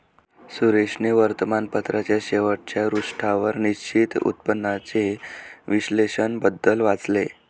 सुरेशने वर्तमानपत्राच्या शेवटच्या पृष्ठावर निश्चित उत्पन्नाचे विश्लेषण बद्दल वाचले